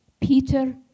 Peter